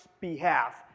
behalf